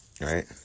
Right